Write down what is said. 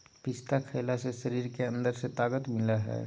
पिस्ता खईला से शरीर के अंदर से ताक़त मिलय हई